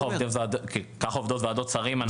ככה עובדות ועדות שרים.